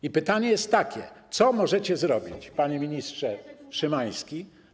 I pytanie jest takie: Co możecie zrobić, panie ministrze Szymański.